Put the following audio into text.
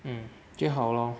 mm 就好 lor